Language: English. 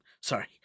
Sorry